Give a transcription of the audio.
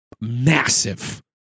massive